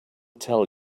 tell